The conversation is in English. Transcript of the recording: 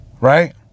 Right